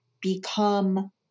become